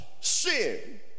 sin